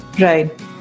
Right